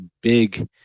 big